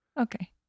Okay